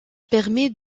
permet